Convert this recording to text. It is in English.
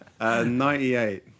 98